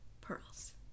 Pearls